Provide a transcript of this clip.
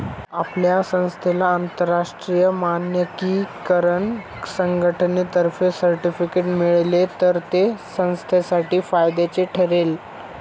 आपल्या संस्थेला आंतरराष्ट्रीय मानकीकरण संघटनेतर्फे सर्टिफिकेट मिळाले तर ते संस्थेसाठी फायद्याचे ठरेल